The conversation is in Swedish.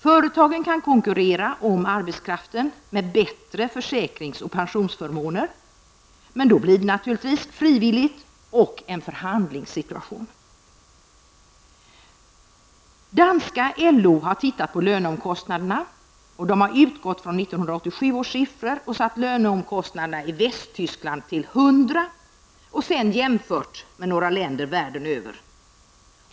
Företagen kan konkurrera om arbetskraften med bättre försäkrings och pensionsförmåner, men då blir det naturligtvis frivilligt och en förhandlingssituation. Danska LO har tittat på löneomkostnaderna. Man har utgått från 1987 års siffror och satt löneomkostnaderna i Västtyskland till 100 och sedan jämfört med några länder världen över.